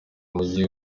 mujyi